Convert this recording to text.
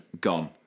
gone